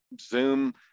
zoom